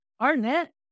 arnett